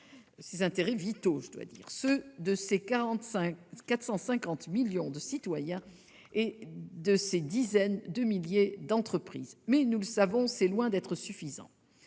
ses intérêts « vitaux », ceux de ses 450 millions de citoyens et de ses dizaines de milliers d'entreprises. Mais, nous le savons, c'est loin d'être suffisant.